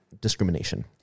discrimination